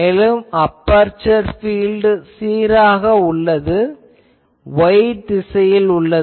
மேலும் aperture field சீராக உள்ளது y திசையில் உள்ளது